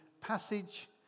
passage